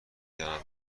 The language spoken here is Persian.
دانم